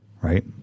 right